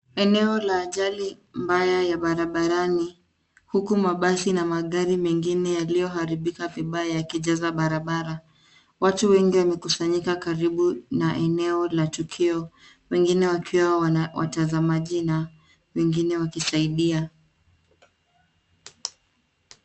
Eneo la ajali mbaya ya barabarani huku mabasi na magari megine yaliyoharibika vibaya yakijaza barabara. watu wengi wamekusanyika karibu na eneo la tukio wengine wakiwa watazamaji na wengine wakisaidia.